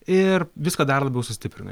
ir viską dar labiau sustiprina